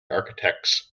architect’s